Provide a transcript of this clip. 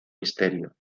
misterio